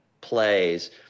plays